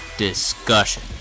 discussion